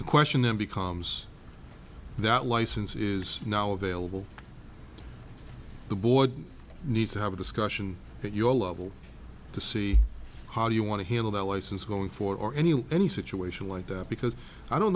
the question then becomes that license is now available the boy needs to have a discussion at your level to see how do you want to handle that license going forward or any any situation like that because i don't